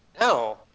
No